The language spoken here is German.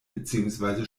beziehungsweise